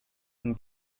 him